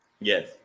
Yes